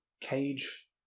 Cage